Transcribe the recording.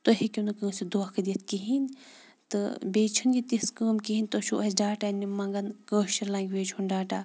تُہۍ ہیٚکِو نہٕ کٲنٛسہِ دھوکہٕ دِتھ کِہیٖنۍ تہٕ بیٚیہِ چھِنہٕ یہِ تِژھ کٲم کِہیٖنۍ تُہۍ چھُو اَسہِ ڈاٹا منٛگَن کٲشُر لٮ۪نٛگویج ہُنٛد ڈاٹا